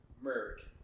American